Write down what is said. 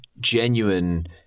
genuine